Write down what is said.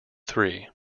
three